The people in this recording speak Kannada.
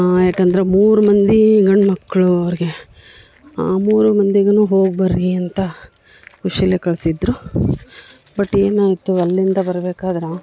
ಯಾಕಂದ್ರೆ ಮೂರು ಮಂದಿ ಗಂಡು ಮಕ್ಕಳು ಅವ್ರಿಗೆ ಮೂರು ಮಂದಿಗೂ ಹೋಗಿ ಬನ್ರಿ ಅಂತ ಖುಷಿಯಲ್ಲಿ ಕಳಿಸಿದ್ರು ಬಟ್ ಏನಾಯಿತು ಅಲ್ಲಿಂದ ಬರ್ಬೇಕಾದ್ರೆ